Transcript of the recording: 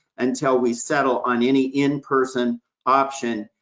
until we settle on any in-person option,